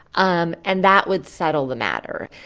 um and that would settle the matter.